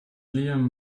liam